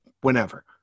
whenever